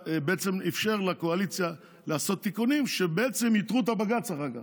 אפשר לקואליציה לעשות תיקונים שידחו את הבג"ץ לאחר כך,